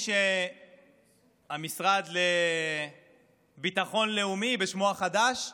או המשרד לביטחון לאומי בשמו החדש,